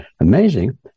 amazing